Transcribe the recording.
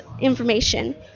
information